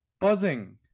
buzzing